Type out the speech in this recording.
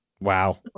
Wow